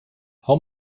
how